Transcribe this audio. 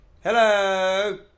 Hello